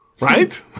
right